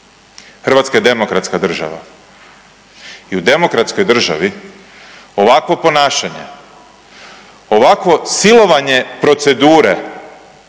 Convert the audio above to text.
Hrvatska je demokratska država i u demokratskoj državi ovakvo ponašanje, ovakvo silovanje procedure,